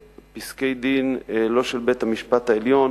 ופסקי-דין, לא של בית-המשפט העליון